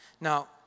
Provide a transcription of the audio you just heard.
Now